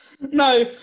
No